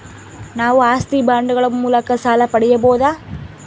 ನಾವು ಆಸ್ತಿ ಬಾಂಡುಗಳ ಮೂಲಕ ಸಾಲ ಪಡೆಯಬಹುದಾ?